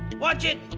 watch it.